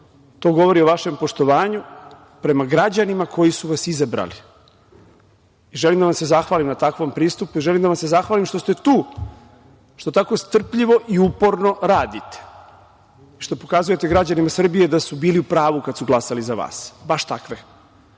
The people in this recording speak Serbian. To govori o vašem poštovanju prema građanima koji su vas izabrali. Želim da vam se zahvalim na takvom pristupu i želim da vam se zahvalim što ste tu, što tako strpljivo i uporno radite, što pokazujete građanima Srbije da su bili u pravu kada su glasali za vas, baš takve,